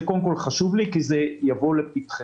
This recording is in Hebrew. זה חשוב לי כי זה יבוא לפתחכם.